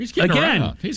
Again